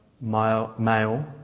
male